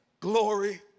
Glory